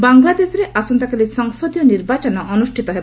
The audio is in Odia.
ବାଂଲାଦେଶରେ ଆସନ୍ତାକାଲି ସଂସଦୀୟ ନିର୍ବାଚନ ଅନୁଷ୍ଠିତ ହେବ